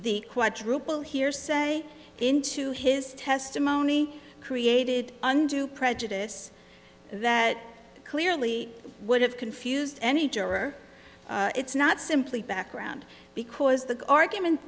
the quadruple hearsay into his testimony created undue prejudice that clearly would have confused any juror it's not simply background because the argument